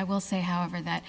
i will say however that